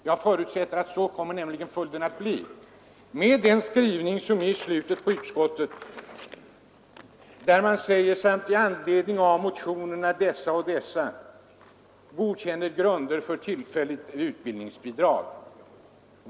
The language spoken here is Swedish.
Jag förutsätter nämligen att detta blir följden av utskottets skrivning i klämmen där man säger ”samt i anledning av motionerna ——— godkänner de grunder för ett tillfälligt utbildningsbidrag som utskottet förordat”.